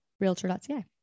realtor.ca